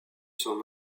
son